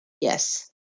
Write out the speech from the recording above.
Yes